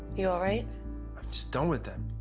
you all right? i'm just done with them.